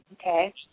Okay